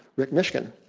rick mishkin.